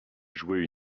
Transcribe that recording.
jouaient